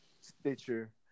Stitcher